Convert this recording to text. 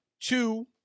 Two